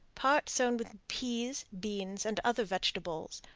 part sown with peas, beans, and other vegetables,